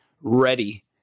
ready